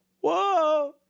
Whoa